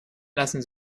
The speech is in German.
lassen